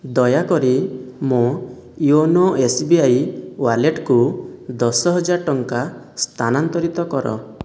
ଦୟାକରି ମୋ YONO S B I ୱାଲେଟ୍କୁ ଦଶ ହଜାର ଟଙ୍କା ସ୍ଥାନାନ୍ତରିତ କର